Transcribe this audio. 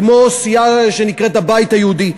כמו סיעה שנקראת הבית היהודי,